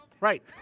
Right